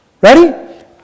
Ready